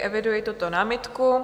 Eviduji tuto námitku.